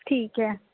ਠੀਕ ਹੈ